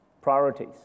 Priorities